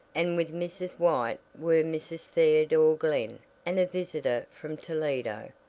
and with mrs. white were mrs. theodore glen and a visitor from toledo,